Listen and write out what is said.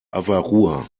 avarua